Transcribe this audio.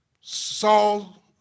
Saul